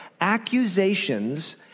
Accusations